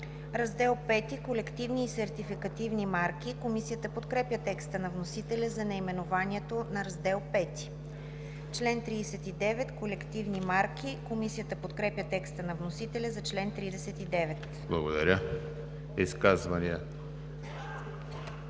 „Раздел V – Колективни и сертификатни марки“. Комисията подкрепя текста на вносителя за наименованието на Раздел V. „Член 39 – Колективни марки“. Комисията подкрепя текста на вносителя за чл. 39. ПРЕДСЕДАТЕЛ